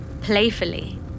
Playfully